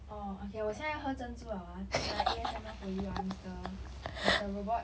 哦 okay 我现在喝珍珠 liao ah 听 ah A_S_M_R for you ah mister mister robot